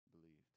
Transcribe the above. believed